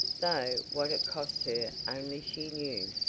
though what it cost her only she knew.